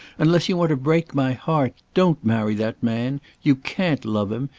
unless you want to break my heart, don't marry that man! you can't love him!